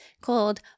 called